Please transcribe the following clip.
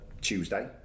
Tuesday